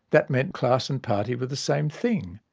that meant class and party but the same thing.